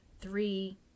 three